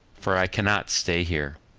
for i can not stay here.